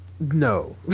No